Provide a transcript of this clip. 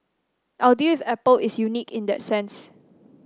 our deal with Apple is unique in that sense